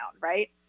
right